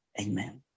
Amen